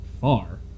far